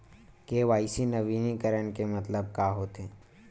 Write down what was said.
KYC नवीनीकरण के मतलब का होथे?